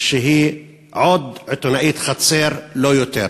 שהיא עוד עיתונאית חצר, לא יותר.